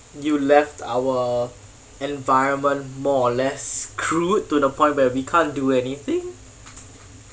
you left our environment more or less screwed to the point where we can't do anything